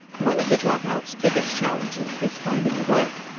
one of the dropouts' biggest challenges is finding work.